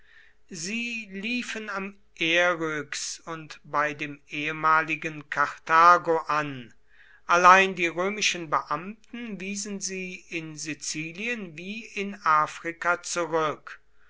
sie liefen am eryx und bei dem ehemaligen karthago an allein die römischen beamten wiesen sie in sizilien wie in afrika zurück